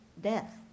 death